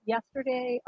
Yesterday